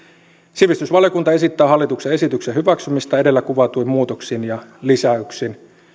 sivistysvaliokunta esittää hallituksen esityksen hyväksymistä edellä kuvatuin muutoksin ja lisäyksin